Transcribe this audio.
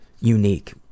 unique